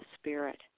Spirit